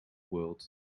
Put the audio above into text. world